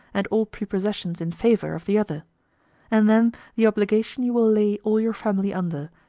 and all prepossessions in favour of the other and then the obligation you will lay all your family under,